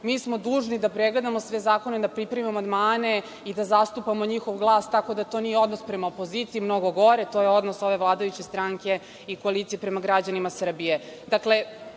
Mi smo dužni da pregledamo sve zakone, da pripremimo amandmane i da zastupamo njihov glas, tako da to nije odnos prema opoziciji, mnogo gore, to je odnos ove vladajuće stranke i koalicije prema građanima Srbije. Dakle,